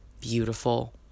beautiful